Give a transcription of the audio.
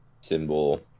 symbol